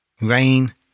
Rain